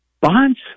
Bonds